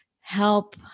help